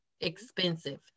expensive